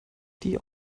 die